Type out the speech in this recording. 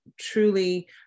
truly